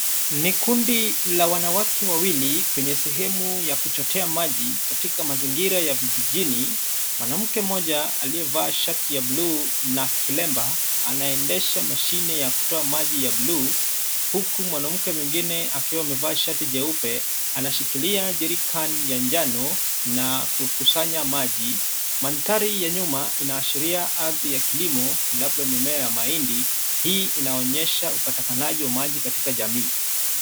Ni kundi la wanawake wawili kwenye sehemu ya kuchotea maji katika mazingira ya vijijini. Mwanamke mmoja aliyevaa shati ya blue na kilemba anaendesha mashine ya kutoa maji ya blue huku mwanamke mwingine akiwa amevaa shati jeupe anashikilia jerican ya njano na kukusanya maji. Mandhari ya nyuma inaashiria hadhi ya kilimo labda mimea ya mahindi. Hii inaonyesha upatikanaji wa maji katika jamii.